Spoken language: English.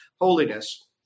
holiness